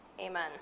Amen